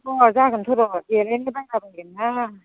फुङाव जागोनथ' र' देलायनो बायला बायगोन ना